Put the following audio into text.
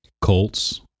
Colts